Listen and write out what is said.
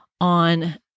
on